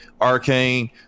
Arcane